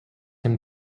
him